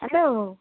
hello